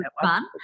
fun